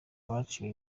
baciwe